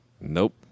Nope